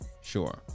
sure